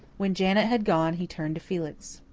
when janet had gone, he turned to felix.